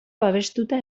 babestuta